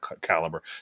caliber